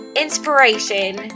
inspiration